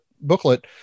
booklet